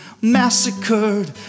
Massacred